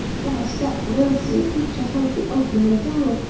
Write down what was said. whilst that loathsome creature held the old man down,